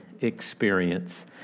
experience